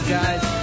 guys